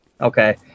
Okay